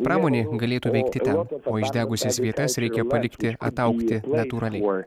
pramonė galėtų veikti ten o išdegusias vietas reikia palikti ataugti natūraliai